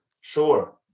sure